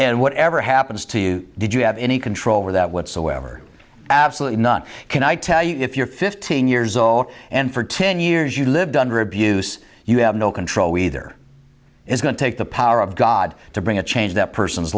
and whatever happens to you did you have any control over that whatsoever absolutely none can i tell you if you're fifteen years old and for ten years you lived under abuse you have no control either is going to take the power of god to bring a change that person's